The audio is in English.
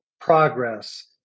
progress